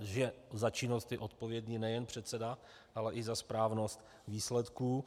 Že za činnost je odpovědný nejen předseda, ale i za správnost výsledků.